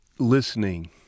listening